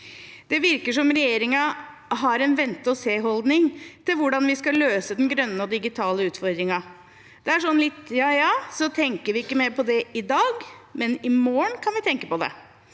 Det virker som om regjeringen har en vente-og-seholdning til hvordan vi skal løse den grønne og digitale utfordringen – det er litt sånn «ja ja, så tenker vi ikke mer på det i dag. Men i morgen kan vi tenke på det».